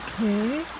Okay